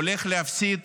הולך להפסיד